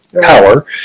power